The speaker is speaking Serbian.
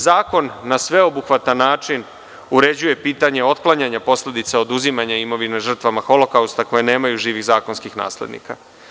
Zakon na sveobuhvatan način uređuje pitanje otklanjanja posledica oduzimanja imovine žrtvama Holokausta koje nemaju živih zakonskih naslednika.